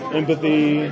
empathy